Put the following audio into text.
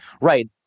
right